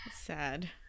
Sad